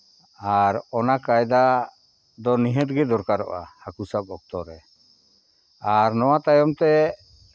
ᱟᱨ ᱚᱱᱟ ᱠᱟᱭᱫᱟ ᱫᱚ ᱱᱤᱦᱟᱹᱛ ᱜᱮ ᱫᱚᱨᱠᱟᱨᱚᱜᱼᱟ ᱦᱟᱹᱠᱩ ᱥᱟᱵ ᱚᱠᱛᱚ ᱨᱮ ᱟᱨ ᱱᱚᱣᱟ ᱛᱟᱭᱚᱢ ᱛᱮ